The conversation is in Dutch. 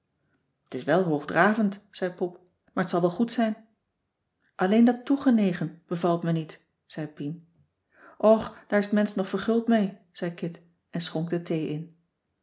t is wel hoogdravend zei pop maar t zal wel goed zijn alleen dat toegenegen bevalt me niet zei pien och daar is t mensch nog verguld mee zei kit en schonk de thee in